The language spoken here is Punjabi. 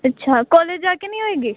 ਅੱਛਾ ਕੋਲੇਜ ਜਾ ਕੇ ਨਹੀਂ ਹੋਏਗੀ